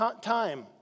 time